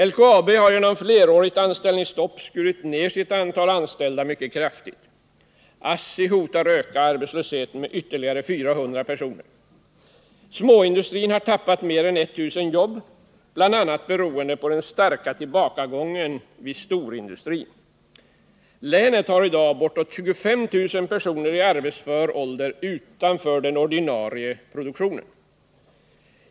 LKAB har genom flerårigt anställningsstopp skurit ner sitt antal anställda kraftigt. ASSI hotar öka arbetslösheten med ytterligare 400 personer. Småindustrin har tappat mer än 1 000 jobb, bl.a. beroende på den starka tillbakagången vid storindustrin. Länet har i dag bortåt 25 000 personer i arbetsför ålder utanför den ordinarie produktionen.